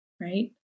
right